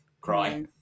cry